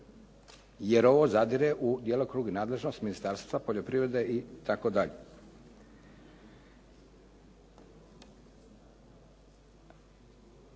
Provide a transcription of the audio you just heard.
jer ovo zadire u djelokrug i nadležnost Ministarstva poljoprivrede itd.